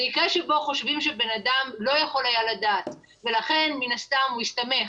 במקרה שבו חושבים שבן אדם לא יכול היה לדעת ולכן מן הסתם הוא הסתמך,